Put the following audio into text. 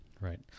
Right